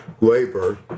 labor